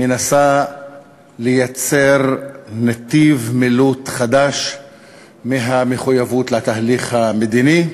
מנסה לייצר נתיב מילוט חדש מהמחויבות לתהליך המדיני,